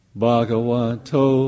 Bhagavato